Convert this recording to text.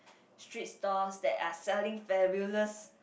street stalls that are selling fabulous